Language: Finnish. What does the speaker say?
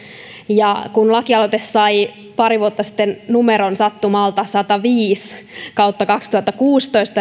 ja kun lakialoite sai pari vuotta sitten sattumalta numeron sataviisi kautta kaksituhattakuusitoista